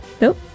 nope